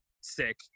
sick